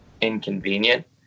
inconvenient